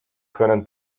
können